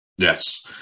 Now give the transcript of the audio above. Yes